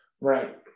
Right